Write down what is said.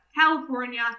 California